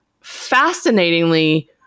fascinatingly